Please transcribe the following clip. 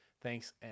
Thanks